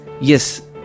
yes